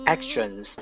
Actions